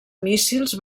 míssils